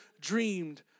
dreamed